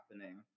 happening